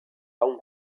hong